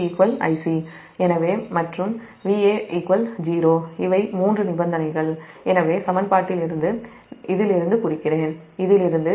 எனவே Va 0 இவை மூன்று நிபந்தனைகள் எனவே சமன்பாட்டிலிருந்து நான் இதிலிருந்து குறிக்கிறேன்